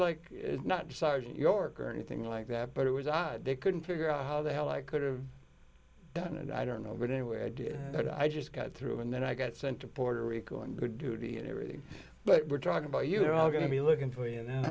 like not to sergeant york or anything like that but it was i couldn't figure out how the hell i could've done it i don't know but anyway i did it i just got through and then i got sent to puerto rico and good duty and everything but we're talking about you're all going to be looking for you know